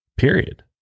period